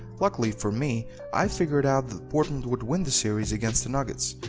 luckily for me i figured out that portland would win the series against the nuggets,